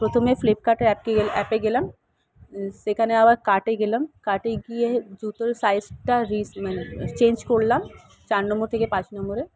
প্রথমে ফ্লিপকার্টে অ্যাপকে গেলা অ্যাপে গেলাম সেখানে আবার কার্টে গেলাম কার্টে গিয়ে জুতোর সাইজটা রিস মানে চেঞ্জ করলাম চার নম্বর থেকে পাঁচ নম্বরে